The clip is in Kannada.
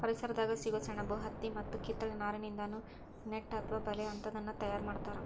ಪರಿಸರದಾಗ ಸಿಗೋ ಸೆಣಬು ಹತ್ತಿ ಮತ್ತ ಕಿತ್ತಳೆ ನಾರಿನಿಂದಾನು ನೆಟ್ ಅತ್ವ ಬಲೇ ಅಂತಾದನ್ನ ತಯಾರ್ ಮಾಡ್ತಾರ